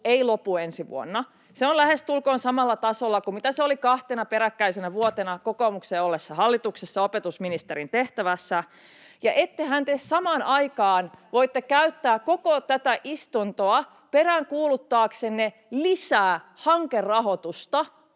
ei lopu ensi vuonna. Se on lähestulkoon samalla tasolla kuin mitä se oli kahtena peräkkäisenä vuotena kokoomuksen ollessa hallituksessa opetusministerin tehtävässä. [Sofia Vikmanin välihuuto] Ettehän te samaan aikaan voi käyttää koko tätä istuntoa peräänkuuluttaaksenne lisää hankerahoitusta